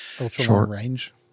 Ultra-long-range